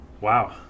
Wow